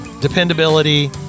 dependability